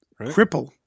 Cripple